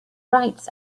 rights